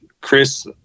Chris